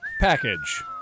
Package